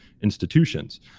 institutions